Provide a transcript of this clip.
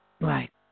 Right